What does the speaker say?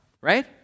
right